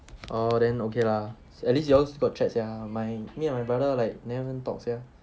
oh then okay lah at least you all got chat sia my me and my brother like never even talk sia